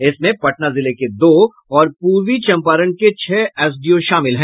इसमें पटना जिले के दो और पूर्वी चम्पारण के छह एसडीओ शामिल है